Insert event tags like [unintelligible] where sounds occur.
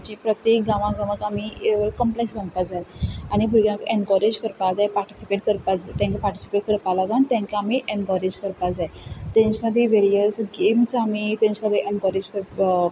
जी प्रत्येक गांवां गांवांक आमी कॉम्पलेक्स बांदपा जाय आनी भुरग्यांक एन्करेज करपा जाय पार्टिसीपेट करपा तांकां पार्टिसीपेट करपा लागून तांकां आमी एन्करेज करपा जाय तेंचे खातीर वेरियस गॅम्स आमी तेंचे खातीर एन्करेज [unintelligible]